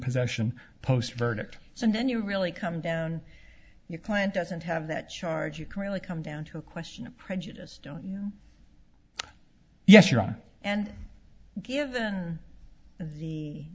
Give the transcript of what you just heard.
possession post verdict and then you really come down your client doesn't have that charge you can really come down to a question of prejudice don't yes your honor and give the